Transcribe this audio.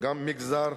גם מגזר